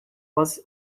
was